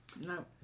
no